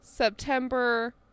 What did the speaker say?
September